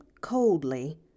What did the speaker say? coldly